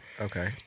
Okay